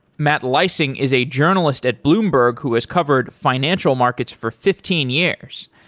matt leising is a journalist at bloomberg who has covered financial markets for fifteen years.